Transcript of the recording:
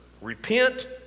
repent